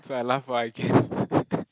so I laugh while I can